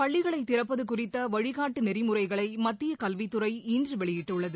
பள்ளிகளை திறப்பது குறித்த வழிகாட்டு நெறிமுறைகளை மத்திய கல்வித்துறை இன்று வெளியிட்டுள்ளது